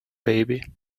baby